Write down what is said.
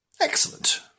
Excellent